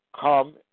Come